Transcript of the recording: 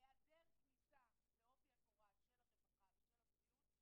בהיעדר כניסה לעובי הקורה של משרד הרווחה ושל משרד הבריאות,